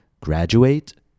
graduate